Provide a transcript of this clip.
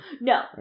No